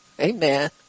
Amen